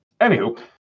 Anywho